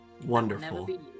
Wonderful